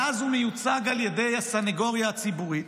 מאז הוא מיוצג על ידי הסניגוריה הציבורית.